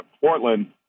Portland